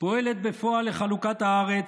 פועלת בפועל לחלוקת הארץ,